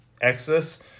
Exodus